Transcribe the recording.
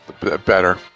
Better